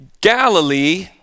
Galilee